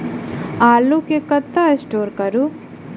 आलु केँ कतह स्टोर करू?